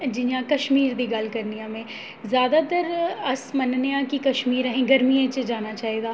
जि'यां कश्मीर दी गल्ल करनी आं में ज़्यादातर अस मन्नने आं कि कश्मीर असें गर्मियें च जाना चाहिदा